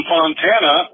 Fontana